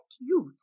youth